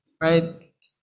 right